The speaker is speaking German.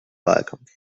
wahlkampf